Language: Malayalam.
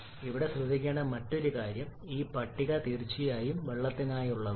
ഇവിടെ ശ്രദ്ധിക്കേണ്ട മറ്റൊരു കാര്യം ഈ പട്ടിക തീർച്ചയായും വെള്ളത്തിനായുള്ളതാണ്